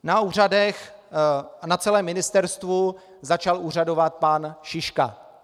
Na úřadech a na celém ministerstvu začal úřadovat pan Šiška.